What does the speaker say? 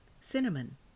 cinnamon